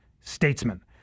statesman